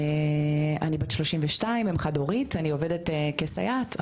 אני בת 32, אם חד הורית ועובדת כסייעת.